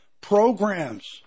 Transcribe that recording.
programs